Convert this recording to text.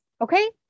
Okay